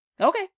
Okay